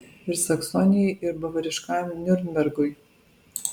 ir saksonijai ir bavariškajam niurnbergui